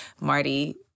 Marty